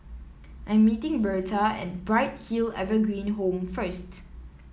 I'm meeting Bertha at Bright Hill Evergreen Home first